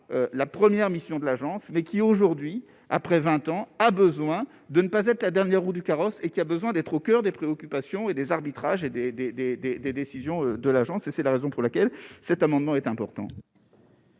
la première mission de l'agence, mais qui aujourd'hui, après 20 ans, a besoin de ne pas être la dernière roue du carrosse et qui a besoin d'être au coeur des préoccupations et des arbitrages et des, des, des, des, des décisions de l'agence et c'est la raison pour laquelle cet amendement est important.